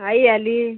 आई आली हं